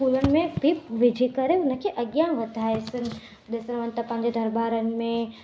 इस्कूलनि में बि विझी करे उनखे अॻियां वधाए करे ॾिसण वञो त पंहिंजे ॿारनि मेंमश